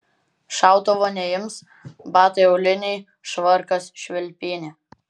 šautuvo neims batai auliniai švarkas švilpynė